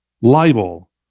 Libel